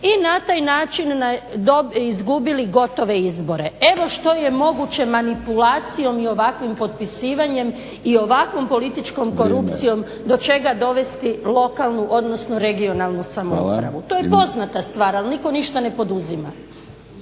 i na taj način izgubili gotove izbore. Evo što je moguće manipulacijom i ovakvim potpisivanjem i ovakvom političkom korupcijom do čega dovesti lokalnu, odnosno regionalnu samoupravu. To je poznata stvar, ali nitko ništa ne poduzima.